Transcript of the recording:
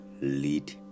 lead